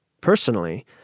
Personally